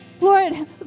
Lord